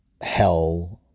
hell